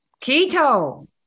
Keto